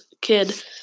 kid